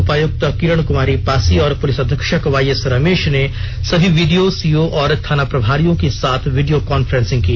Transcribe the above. उपायुक्त किरण कुमारी पासी और पुलिस अधीक्षक वाईएस रमेश ने सभी B D O C O एवं थाना प्रभारियों के साथ वीडियो कांफ्रेंसिंग की